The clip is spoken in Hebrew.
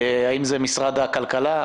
האם זה משרד הכלכלה?